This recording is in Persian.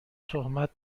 تهمت